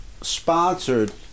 sponsored